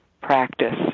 practice